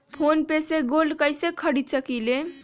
Phone पे से gold कईसे खरीद सकीले?